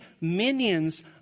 minions